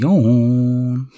on